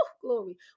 glory